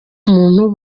umuntu